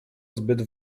zbyt